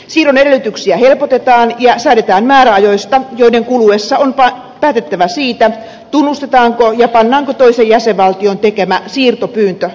siirron edellytyksiä helpotetaan ja säädetään määräajoista joiden kuluessa on päätettävä siitä tunnustetaanko ja pannaanko toisen jäsenvaltion tekemä siirtopyyntö täytäntöön